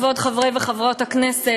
כבוד חברי וחברות הכנסת,